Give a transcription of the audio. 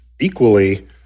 equally